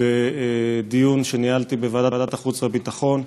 בדיון שניהלתי בוועדת החוץ והביטחון.